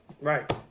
Right